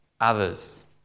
others